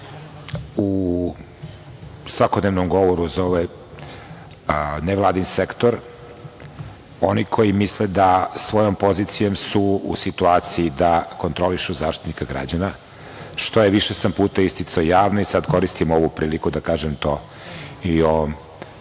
u svakodnevnom govoru zove nevladin sektor, oni koji misle da su svojom pozicijom u situaciji da kontrolišu Zaštitnika građana, što je, više sam puta isticao javno i sad koristim ovu priliku da kažem to i u